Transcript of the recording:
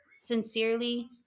Sincerely